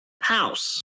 house